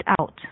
out